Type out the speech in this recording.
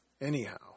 Anyhow